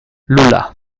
lula